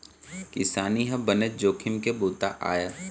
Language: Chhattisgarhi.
किसानी ह बनेच जोखिम के बूता आय